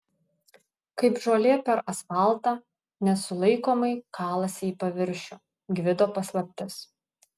kaip žolė per asfaltą nesulaikomai kalasi į paviršių gvido paslaptis